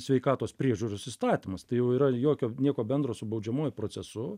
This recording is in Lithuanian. sveikatos priežiūros įstatymas tai jau yra jokio nieko bendro su baudžiamuoju procesu